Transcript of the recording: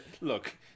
Look